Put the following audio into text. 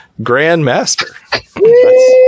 grandmaster